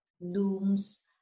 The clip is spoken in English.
looms